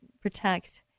protect